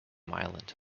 island